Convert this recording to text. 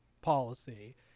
policy